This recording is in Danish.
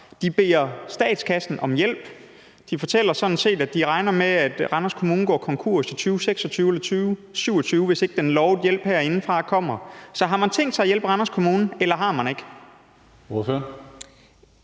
De fortæller sådan set, at de regner med, at Randers Kommune går konkurs i 2026 eller 2027, hvis ikke den lovede hjælp herindefra kommer. Så har man tænkt sig at hjælpe Randers Kommune, eller har man ikke? Kl.